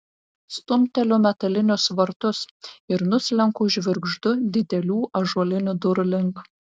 stumteliu metalinius vartus ir nuslenku žvirgždu didelių ąžuolinių durų link